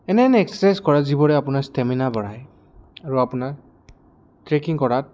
এনে এনে এক্সাৰচাইজ কৰা যিবোৰে আপোনাৰ ষ্টেমিনা বঢ়ায় আৰু আপোনাৰ ট্ৰেকিং কৰাত